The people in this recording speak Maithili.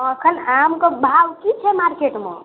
एखन आमके भाव की छै मार्केटमे